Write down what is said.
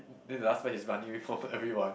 then the last part he's running away from everyone